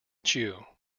chew